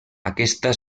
aquesta